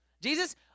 Jesus